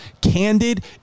Candid